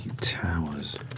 Towers